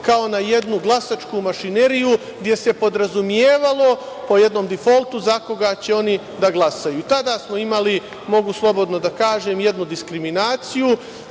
kao na jednu glasačku mašineriju, gde se podrazumevalo, po jednom difoltu za koga će oni da glasaju. Tada smo imali, mogu slobodno da kažem, jednu diskriminaciju.